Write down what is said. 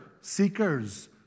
seekers